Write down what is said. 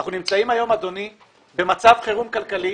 אנחנו נמצאים היום במצב חירום כלכלי